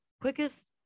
quickest